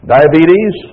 Diabetes